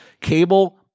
Cable